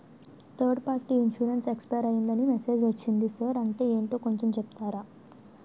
Third party insurance expire అయ్యిందని message ఒచ్చింది sir అంటే ఏంటో కొంచె చెప్తారా?